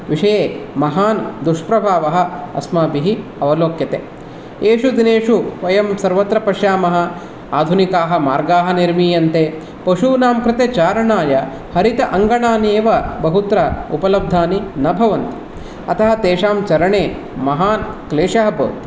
विषये महान् दुष्प्रभावः अस्माभिः अवलोक्यते एषु दिनेषु वयं सर्वत्र पश्यामः आधुनिकाः मार्गाः निर्मीयन्ते पशूनां कृते चारणाय हरित अङ्गणानि एव बहुत्र उपलब्धानि नभवन् अतः तेषां चरणे महान् क्लेशः भवति